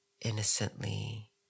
innocently